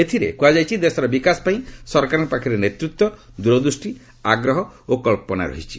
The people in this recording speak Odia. ଏଥିରେ କୁହାଯାଇଛି ଦେଶର ବିକାଶପାଇଁ ସରକାରଙ୍କ ପାଖରେ ନେତୃତ୍ୱ ଦୂରଦୂଷ୍ଟି ଆଗ୍ରହ ଓ କଳ୍ପନା ରହିଛି